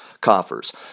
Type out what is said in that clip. coffers